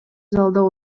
залда